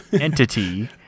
entity